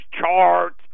charts